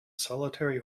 solitary